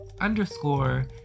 underscore